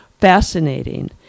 fascinating